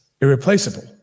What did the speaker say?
irreplaceable